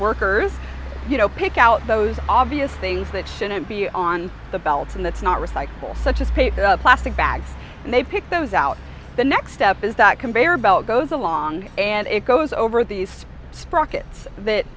workers you know pick out those obvious things that shouldn't be on the belt and that's not recyclable such as paper the plastic bags and they pick those out the next step is that conveyor belt goes along and it goes over these sprockets that